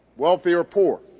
wealthy or poor,